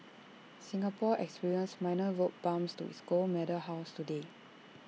Singapore experienced minor road bumps to its gold medals hauls today